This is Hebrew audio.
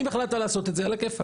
אם החלטת לעשות את זה, על הכיפק.